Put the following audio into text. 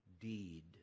deed